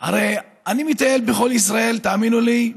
הרי אני מטייל בכל ישראל, תאמינו לי,